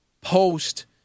post